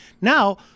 Now